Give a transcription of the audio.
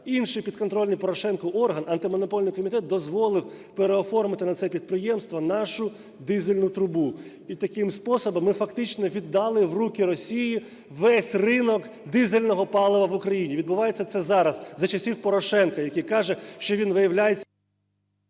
інший підконтрольний Порошенку орган Антимонопольний комітет дозволив переоформити на це підприємство нашу дизельну трубу. І таким способом ми фактично віддали в руки Росії весь ринок дизельного палива в Україні. Відбувається це зараз, за часів Порошенка, який каже, що він виявляється...